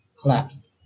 collapsed